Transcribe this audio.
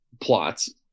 plots